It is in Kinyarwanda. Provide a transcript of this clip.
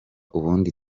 ubundi